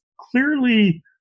clearly